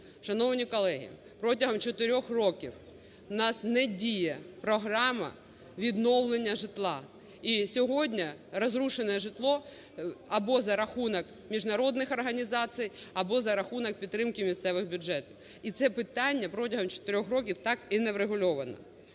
Шановні колеги, протягом 4 років в нас не діє програма відновлення житла. І сьогодні розрушене житло або за рахунок міжнародних організацій, або за рахунок підтримки місцевих бюджетів. І це питання протягом 4 років так і не врегульовано.